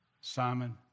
Simon